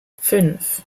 fünf